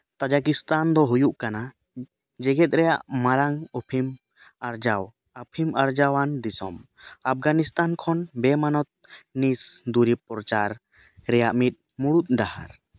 ᱛᱟᱡᱟᱠᱤᱥᱛᱟᱱ ᱫᱚ ᱦᱩᱭᱩᱜ ᱠᱟᱱᱟ ᱡᱮᱜᱮᱫ ᱨᱮᱭᱟᱜ ᱢᱟᱨᱟᱝ ᱟᱹᱯᱷᱤᱢ ᱟᱨᱡᱟᱣ ᱟᱹᱯᱷᱤᱢ ᱟᱨᱡᱟᱣᱟᱱ ᱫᱤᱥᱚᱢ ᱟᱯᱷᱜᱟᱱᱤᱥᱛᱟᱱ ᱠᱷᱚᱱ ᱵᱮ ᱢᱟᱱᱚᱛ ᱱᱤᱥ ᱫᱩᱨᱤ ᱯᱨᱚᱪᱟᱨ ᱨᱮᱭᱟᱜ ᱢᱤᱫ ᱢᱩᱬᱩᱫ ᱰᱟᱦᱟᱨ